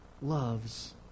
loves